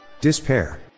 Despair